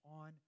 On